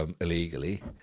Illegally